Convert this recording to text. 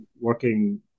working